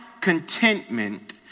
contentment